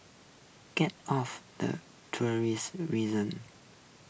get off the tourist reason